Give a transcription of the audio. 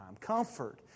Comfort